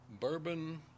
bourbon